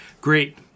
Great